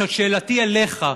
שאלתי אליך: